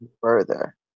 further